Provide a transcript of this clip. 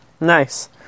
Nice